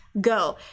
go